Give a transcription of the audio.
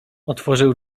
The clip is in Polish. otworzył